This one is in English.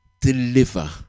deliver